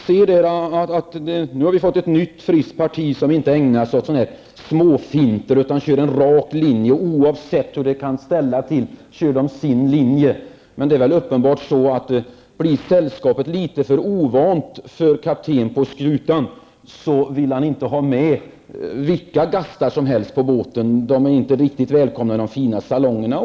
Herr talman! Vi kan nu se att vi har fått ett nytt, friskt parti, som inte ägnar sig åt småfinter utan följer en rak linje. Oavsett vad man kan ställa till med följer man sin linje. Men uppenbarligen är det också så, att om sällskapet blir litet för ovant för kaptenen på skutan, vill han inte ha med vilka gastar som helst på båten. De är inte riktigt välkomna i de fina salongerna.